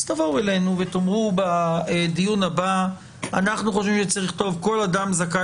תבואו אלינו ותאמרו בדיון הבא שאתם חושבים שצריך לכתוב כל אדם זכאי